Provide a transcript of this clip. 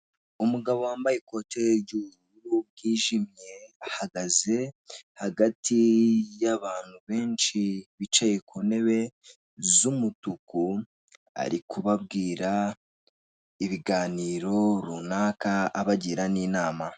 Umugabo wambaye ikote ry'ubururu bwijimye, ahagaze hagati y’ abantu benshi bicaye ku ntebe z'umutuku. Ari kubabwira ibiganiro runaka, abagira n'inama.